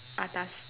atas